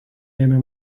ėmė